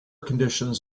conditions